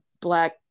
black